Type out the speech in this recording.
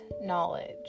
knowledge